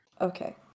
Okay